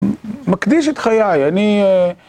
מקדיש את חיי, אני אה...